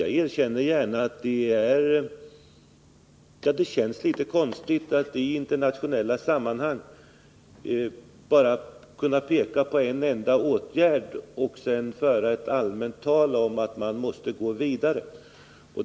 Jag erkänner gärna att det känns litet konstigt att i internationella sammanhang endast kunna peka på en enda åtgärd och sedan bara helt allmänt tala om att man måste gå vidare.